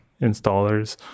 installers